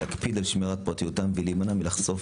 להקפיד על שמירת פרטיותם ולהימנע מלחשוף